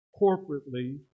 corporately